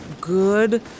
good